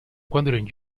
wandering